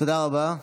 תודה רבה.